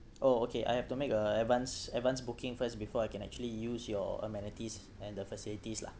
oh okay I have to make uh advance advance booking first before I can actually use your amenities and the facilities lah